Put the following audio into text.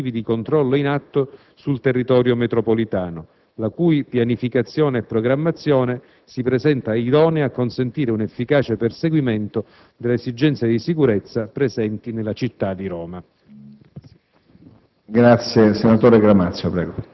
sia dell'intensità e capillarità dei dispositivi di controllo in atto sul territorio metropolitano, la cui pianificazione e programmazione si presenta idonea a consentire un efficace perseguimento delle esigenze di sicurezza presenti nella città di Roma.